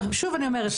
שוב אני אומרת,